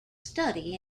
study